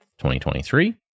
2023